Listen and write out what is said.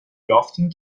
یافتیم